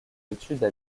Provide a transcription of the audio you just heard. études